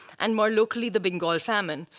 and more locally the bengal famine.